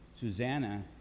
Susanna